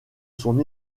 son